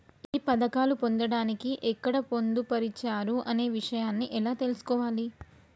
ఈ పథకాలు పొందడానికి ఎక్కడ పొందుపరిచారు అనే విషయాన్ని ఎలా తెలుసుకోవాలి?